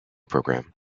program